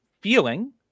feeling